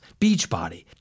Beachbody